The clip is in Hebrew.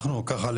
אנחנו ככה,